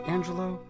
Angelo